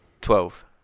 Twelve